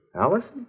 Allison